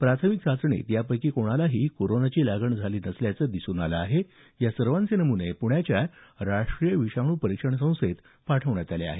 प्राथमिक चाचणीत यापैकी कुणालाही कोरोनाची लागण झाली नसल्याचं दिसून आलं आहे या सर्वांचे नमुने प्रण्याच्या राष्टीय विषाणू परीक्षण संस्थेत पाठवण्यात आले आहेत